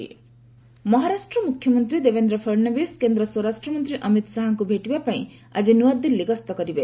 ଫଡନାବିସ୍ ଅମିତ ଶାହା ମହାରାଷ୍ଟ୍ର ମୁଖ୍ୟମନ୍ତ୍ରୀ ଦେବେନ୍ଦ୍ର ଫଡନାବିସ୍ କେନ୍ଦ୍ର ସ୍ୱରାଷ୍ଟ୍ରମନ୍ତ୍ରୀ ଅମିତ ଶାହାଙ୍କୁ ଭେଟିବା ପାଇଁ ଆଜି ନୂଆଦିଲ୍ଲୀ ଗସ୍ତ କରିବେ